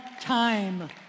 time